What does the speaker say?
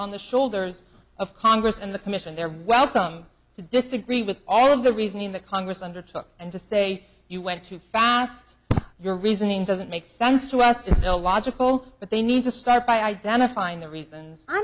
on the shoulders of congress and the commission they're welcome to disagree with all of the reasoning that congress undertook and to say you went too fast your reasoning doesn't make sense to ask it's illogical but they need to start by identifying the reasons i'm